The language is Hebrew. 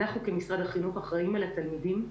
אנחנו כמשרד החינוך אחראים על התלמידים,